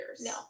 No